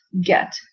get